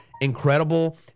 incredible